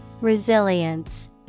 Resilience